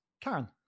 Karen